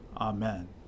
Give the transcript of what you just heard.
Amen